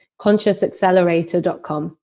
consciousaccelerator.com